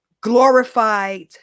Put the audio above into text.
glorified